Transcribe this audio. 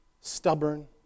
Stubborn